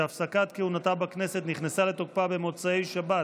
שהפסקת כהונתה בכנסת נכנסה לתוקפה במוצאי שבת